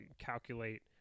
calculate